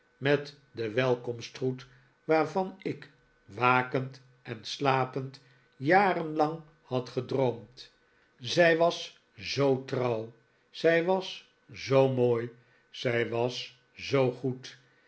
met de welkomstproet waarvan ik wakend en slapend jarenlang had gedroomd zij was zoo trouw zij was zoo mooi zij was zoo goed